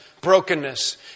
Brokenness